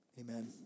Amen